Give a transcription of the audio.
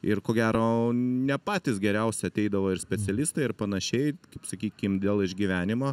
ir ko gero ne patys geriausi ateidavo ir specialistai ir panašiai kaip sakykim dėl išgyvenimo